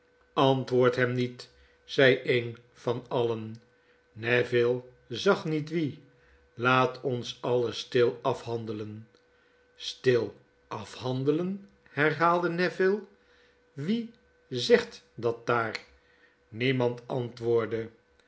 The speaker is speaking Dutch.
antwoordt hem niet zei een van alien neville zag niet wie laat ons alles stil afhandelen stil afhandelen herhaalde neville wie zegt dat daar niemand antwoordde